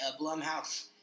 Blumhouse